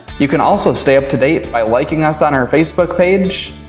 you can also stay up to date by liking us on our facebook page,